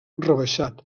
rebaixat